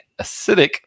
acidic